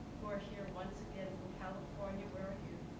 who are here once again from california, where are you?